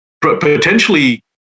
potentially